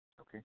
Okay